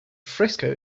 frisco